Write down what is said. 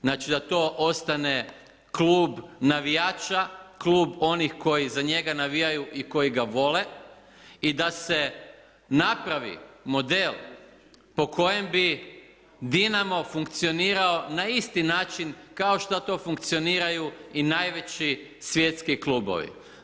Znači, da to ostane klub navijača, klub onih koji za njega navijaju i koji ga vole i da se napravi model po kojem bi Dinamo funkcionirao na isti način kao što funkcioniraju i najveći svjetski klubovi.